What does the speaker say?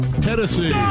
Tennessee